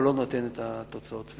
לא נותן את התוצאות.